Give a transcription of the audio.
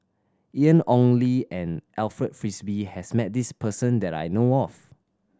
Ian Ong Li and Alfred Frisby has met this person that I know of